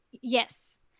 Yes